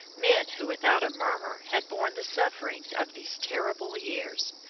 men who without a murmur had borne the sufferings of these terrible years,